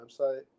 website